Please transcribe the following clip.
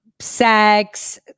sex